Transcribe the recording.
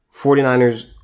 49ers